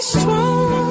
Strong